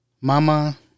Mama